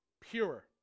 pure